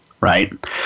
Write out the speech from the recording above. Right